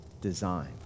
design